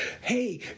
hey